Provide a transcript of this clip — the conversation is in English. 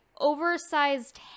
oversized